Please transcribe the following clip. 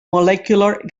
molecular